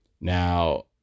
Now